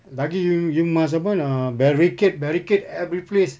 lagi you you must apa nak barricade barricade every place